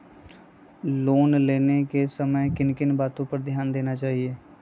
Loan लेने के समय किन किन वातो पर ध्यान देना चाहिए?